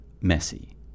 messy